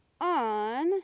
on